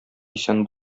исән